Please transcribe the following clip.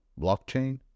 blockchain